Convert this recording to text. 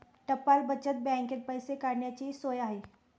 टपाल बचत बँकेत पैसे काढण्याचीही सोय आहे